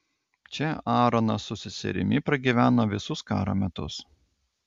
čia aaronas su seserimi pragyveno visus karo metus